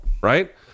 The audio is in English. Right